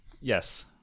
Yes